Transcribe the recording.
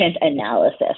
analysis